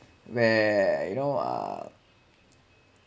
where you know uh